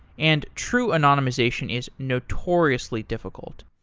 and true anonymization is notoriously difficult.